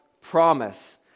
promise